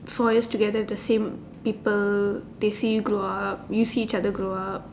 four years together with the same people they see you grow up you see each other grow up